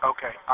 Okay